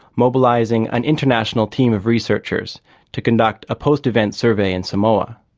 mobilising an international team of researchers to conduct a post-events survey in samoa.